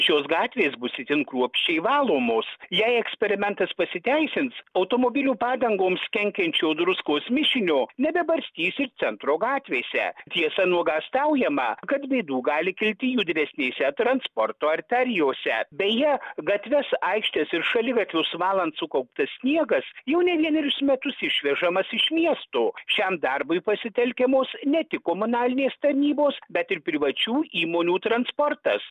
šios gatvės bus itin kruopščiai valomos jei eksperimentas pasiteisins automobilių padangoms kenkiančio druskos mišinio nebebarstys ir centro gatvėse tiesa nuogąstaujama kad bėdų gali kilti jų didesnėse transporto arterijose beje gatves aikštes ir šaligatvius valant sukauptas sniegas jau ne vienerius metus išvežamas iš miesto šiam darbui pasitelkiamos ne tik komunalinės tarnybos bet ir privačių įmonių transportas